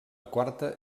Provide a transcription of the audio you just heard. quarta